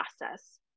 process